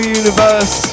universe